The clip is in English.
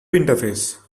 interface